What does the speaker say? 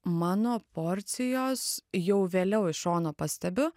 mano porcijos jau vėliau iš šono pastebiu